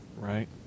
right